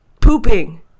pooping